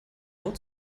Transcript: nur